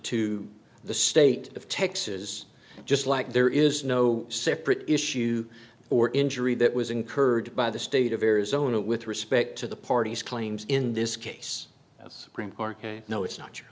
to the state of texas just like there is no separate issue or injury that was incurred by the state of arizona with respect to the parties claims in this case that supreme court case no it's not you